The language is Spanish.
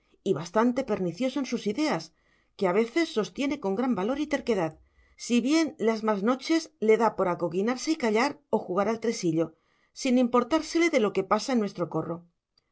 y bastante pernicioso en sus ideas que a veces sostiene con gran calor y terquedad si bien las más noches le da por acoquinarse y callar o jugar al tresillo sin importársele de lo que pasa en nuestro corro